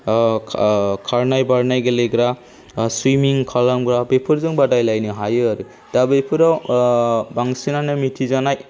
खारनाय बारनाय गेलेग्रा सुइमिं खालामग्रा बेफोरजों बादायलायनो हायो आरो दा बेफोराव बांसिनानो मिथिजानाय